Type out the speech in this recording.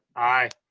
aye.